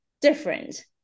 different